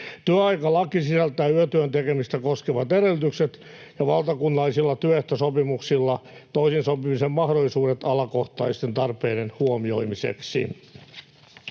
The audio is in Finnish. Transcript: Työaikalaki sisältää yötyön tekemistä koskevat edellytykset ja valtakunnallisilla työehtosopimuksilla toisinsopimisen mahdollisuudet alakohtaisten tarpeiden huomioimiseksi.